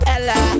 Ella